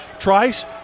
Trice